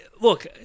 Look